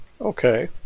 okay